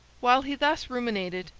while he thus ruminated.